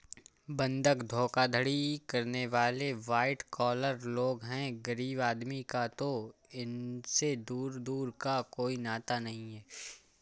बंधक धोखाधड़ी करने वाले वाइट कॉलर लोग हैं गरीब आदमी का तो इनसे दूर दूर का कोई नाता नहीं है